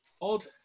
Odd